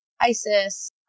isis